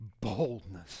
boldness